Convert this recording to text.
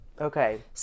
Okay